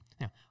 Now